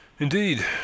Indeed